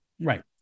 right